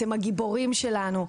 אתם הגיבורים שלנו.